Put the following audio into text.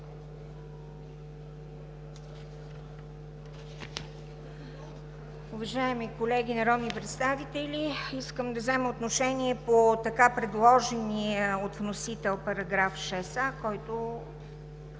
Уважаеми колеги народни представители! Искам да взема отношение по така предложения от вносител § 6а, който,